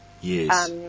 Yes